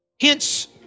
Hence